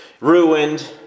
ruined